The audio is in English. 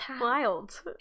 wild